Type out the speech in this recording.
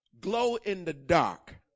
glow-in-the-dark